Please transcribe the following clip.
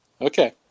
okay